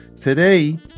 Today